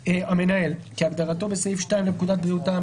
"המנהל" כהגדרתו בסעיף 2 לפקודת בריאות העם,